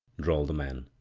drawled the man.